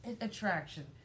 Attraction